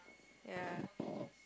ya